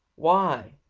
why?